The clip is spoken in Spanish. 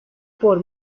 por